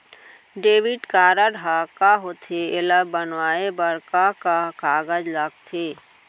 Debit card ह का होथे एला बनवाए बर का का कागज लगथे?